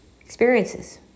experiences